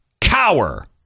cower